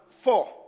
four